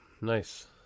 nice